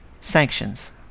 Sanctions